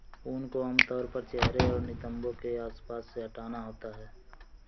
ऊन को आमतौर पर चेहरे और नितंबों के आसपास से हटाना होता है